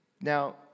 Now